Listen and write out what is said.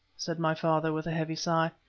said my father, with a heavy sigh.